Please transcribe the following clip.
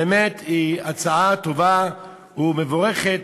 שהיא באמת הצעה טובה ומבורכת.